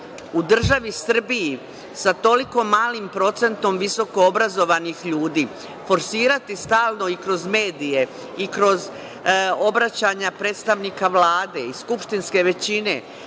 u državi Srbiji sa toliko malim procentom visokoobrazovanih ljudi, forsirati stalno i kroz medije i kroz obraćanja predstavnika Vlade i skupštinske većine,